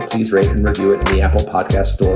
these rate review at the apple podcast store,